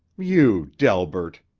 you, delbert!